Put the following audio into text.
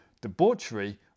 debauchery